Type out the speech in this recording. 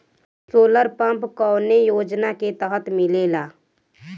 Solar pump कौने योजना के तहत मिलेला?